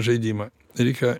žaidimą reikia